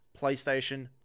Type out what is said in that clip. PlayStation